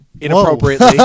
inappropriately